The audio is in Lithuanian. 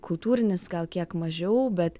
kultūrinis gal kiek mažiau bet